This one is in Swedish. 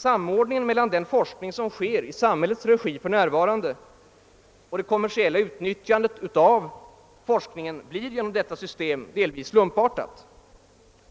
Samordningen mellan den forskning som för närvarande sker i samhällets regi och det kommersiella utnyttjandet av forskningsresultaten blir därigenom delvis slumpartad.